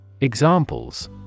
Examples